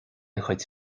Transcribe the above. duit